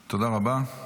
תודה רבה.